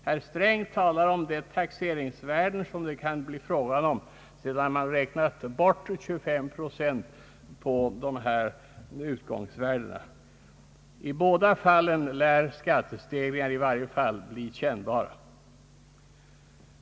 Herr Sträng talar om det taxeringsvärde det kan bli fråga om sedan man räknat bort 25 procent från saluvärdena. I båda fallen lär skattestegringarna dock bli kännbara.